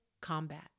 combat